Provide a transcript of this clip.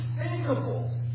unthinkable